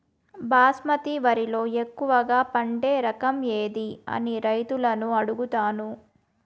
బాస్మతి వరిలో ఎక్కువగా పండే రకం ఏది అని రైతులను అడుగుతాను?